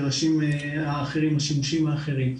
במגרשים האחרים, השימושים האחרים.